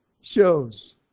shows